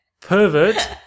pervert